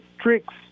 tricks